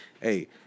hey